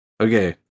Okay